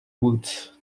woods